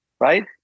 right